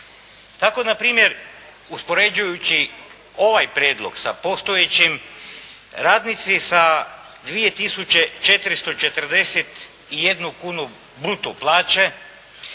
Tako npr. uspoređujući ovaj prijedlog sa postojećim radnici sa 2 tisuće 441 kunu bruto plaće